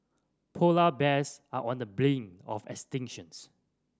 polar bears are on the brink of extinctions